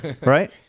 right